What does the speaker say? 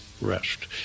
rest